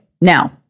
now